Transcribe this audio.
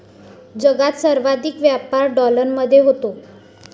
जगात सर्वाधिक व्यापार डॉलरमध्ये होतो